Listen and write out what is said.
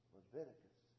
Leviticus